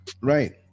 Right